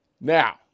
Now